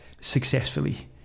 successfully